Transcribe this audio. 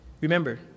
Remember